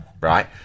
right